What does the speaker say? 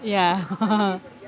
ya